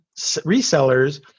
resellers